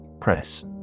press